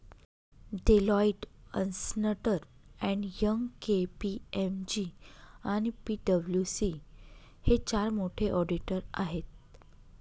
Deloitte, अस्न्टर and Young, KPMG आणि पी.डब्ल्यू.सी हे चार मोठे ऑडिटर आहेत